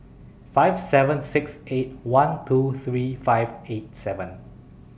five seven six eight one two three five eight seven